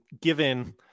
given –